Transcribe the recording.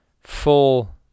full